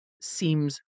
seems